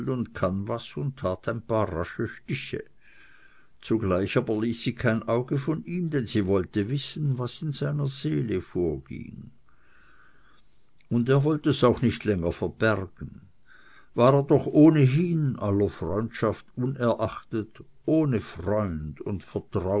kanevas und tat ein paar rasche stiche zugleich aber ließ sie kein auge von ihm denn sie wollte wissen was in seiner seele vorging und er wollt es auch nicht länger verbergen war er doch ohnehin aller freundschaft unerachtet ohne freund und